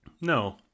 No